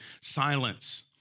silence